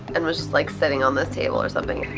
and was just like sitting on this table or something.